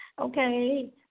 Okay